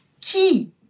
key